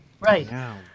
Right